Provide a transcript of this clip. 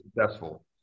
successful